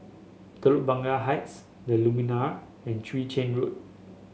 Telok Blangah Heights the Lumiere and Chwee Chian Road